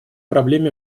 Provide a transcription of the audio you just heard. проблеме